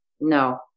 no